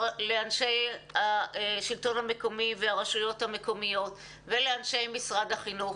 לאנשי השלטון המקומי והרשויות המקומיות ולאנשי משרד החינוך.